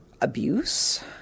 abuse